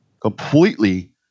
completely